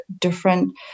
different